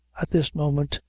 at this moment,